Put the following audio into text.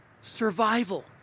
survival